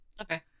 Okay